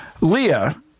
Leah